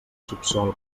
subsòl